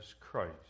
Christ